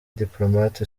diplomate